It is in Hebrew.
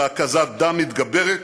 להקזת דם מתגברת,